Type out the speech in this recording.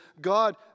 God